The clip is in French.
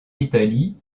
italie